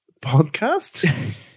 podcast